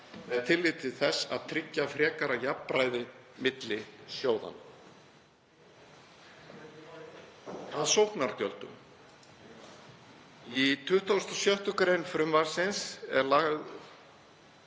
með tilliti til þess að tryggja frekara jafnræði milli sjóðanna. Að sóknargjöldum: Í 26. gr. frumvarpsins er lagt